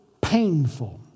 painful